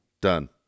Done